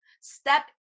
Step